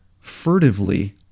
Furtively